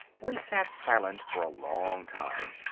we sat silent for a long time.